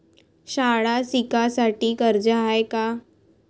शाळा शिकासाठी कर्ज हाय का?